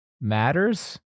matters